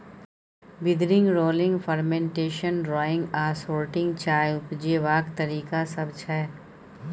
withering, rolling, fermentation, drying आ sorting चाय उपजेबाक तरीका सब छै